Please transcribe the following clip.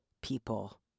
people